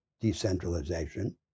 decentralization